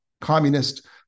communist